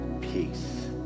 peace